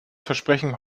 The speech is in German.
versprechen